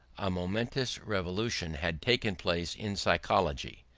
a momentous revolution had taken place in psychology.